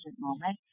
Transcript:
moment